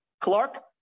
Clark